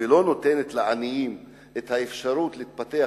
ולא נותנת לעניים את האפשרות להתפתח,